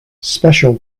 special